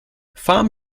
farm